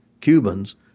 Cubans